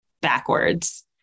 backwards